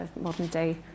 modern-day